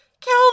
Kill